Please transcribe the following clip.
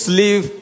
live